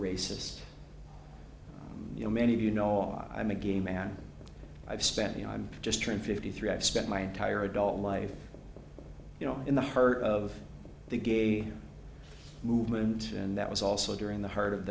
racist you know many of you know i'm a gay man i've spent you know i'm just trying fifty three i've spent my entire adult life you know in the heart of the gay movement and that was also during the heart of